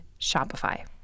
Shopify